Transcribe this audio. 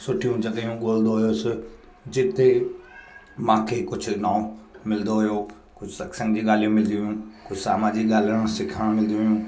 सुठियूं जॻहियूं ॻोलदो हुउसि जिते मूंखे कुझु नओ मिलंदो हुओ कुझु सत्संग जी ॻाल्हियूं मिलदियूं हुयूं कोइ सामाजिक ॻाल्हाइणो सिखणु मिलदियूं हुयूं